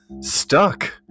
Stuck